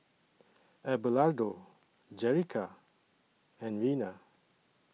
Abelardo Jerrica and Reina